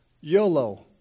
YOLO